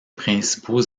principaux